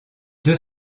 deux